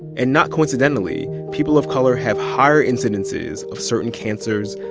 and, not coincidentally, people of color have higher incidences of certain cancers,